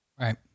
Right